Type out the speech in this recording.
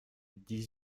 dix